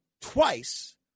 twice